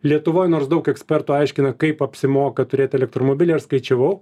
lietuvoj nors daug ekspertų aiškina kaip apsimoka turėt elektromobilį aš skaičiavau